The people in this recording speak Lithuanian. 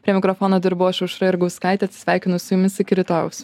prie mikrofono dirbau aš aušra jurgauskaitė atsisveikinu su jumis iki rytojaus